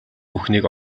бүхнийг